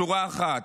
שורה אחת: